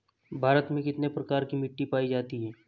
भारत में कितने प्रकार की मिट्टी पाई जाती हैं?